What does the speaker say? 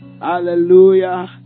Hallelujah